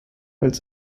als